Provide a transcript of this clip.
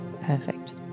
Perfect